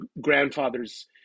grandfather's